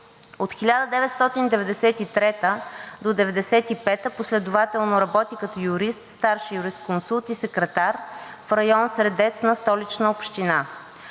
От 1993 г. до 1995 г. последователно работи като юрист, старши юрисконсулт и секретар в район „Средец“ на Столична община.